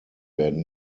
werden